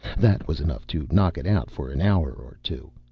that was enough to knock it out for an hour or two.